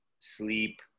sleep